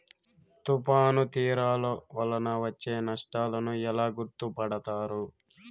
తుఫాను తీరాలు వలన వచ్చే నష్టాలను ఎలా గుర్తుపడతారు?